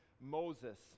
Moses